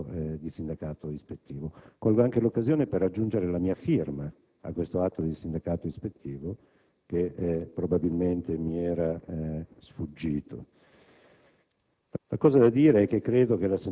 da parte del Governo di questo atto di sindacato ispettivo. Colgo anche l'occasione per aggiungere la mia firma a questo atto di sindacato ispettivo, che probabilmente mi era sfuggito,